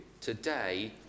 today